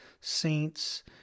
saints